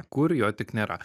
kur jo tik nėra